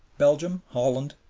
belgium, holland,